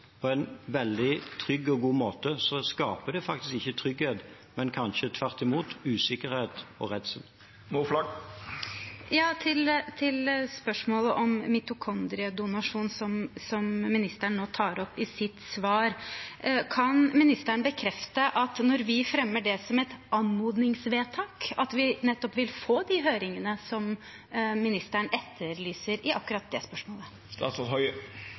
trygghet, men kanskje tvert imot usikkerhet og redsel. Til spørsmålet om mitokondriedonasjon, som helseministeren nå tok opp i sitt svar: Kan han bekrefte at når vi fremmer det som et anmodningsvedtak, vil vi få nettopp de høringene som han etterlyser i akkurat det spørsmålet?